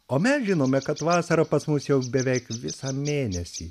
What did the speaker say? o mes žinome kad vasara pas mus jau beveik visą mėnesį